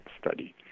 study